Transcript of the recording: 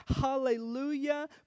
Hallelujah